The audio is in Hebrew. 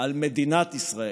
על מדינת ישראל.